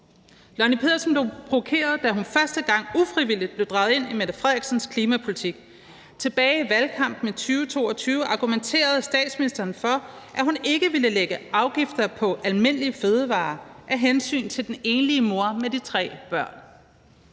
Lonnie Pedersen blev provokeret, da hun første gang ufrivilligt blev draget ind i Mette Frederiksens klimapolitik. Tilbage i valgkampen i 2022 argumenterede statsministeren for, at hun ikke ville lægge afgifter på almindelige fødevarer af hensyn til den enlige mor med de tre børn.